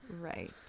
Right